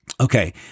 Okay